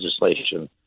legislation